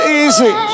easy